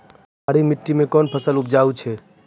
पहाड़ी मिट्टी मैं कौन फसल उपजाऊ छ?